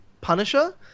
Punisher